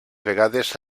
vegades